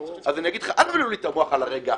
אז אני אגיד לך: אל תבלבלו לי את המוח על הרגע האחרון.